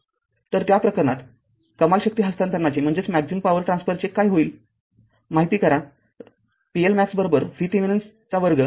तरत्या प्रकरणात कमाल शक्ती हस्तांतरणाचे काय होईल माहिती करा pLmax VThevenin २ भागिले ४ RThevenin